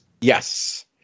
Yes